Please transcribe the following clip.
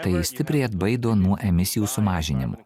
tai stipriai atbaido nuo emisijų sumažinimų